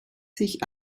sich